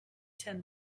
ten